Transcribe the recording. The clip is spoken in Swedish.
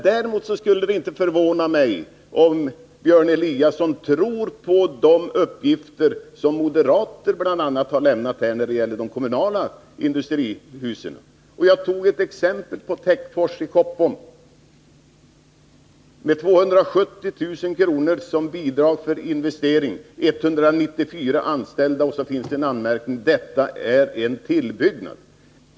Däremot skulle det inte förvåna mig om Björn Eliasson tror på de uppgifter som bl.a. moderater har lämnat när det gäller de kommunala industrihusen. Jag tog ett exempel från Töcksfors i Koppom med 270 000 kr. som bidrag för investering och 194 anställda. Så finns det en anmärkning: Detta är en tillbyggnad.